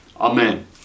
Amen